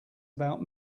about